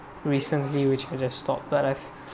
recently which I just stopped but I've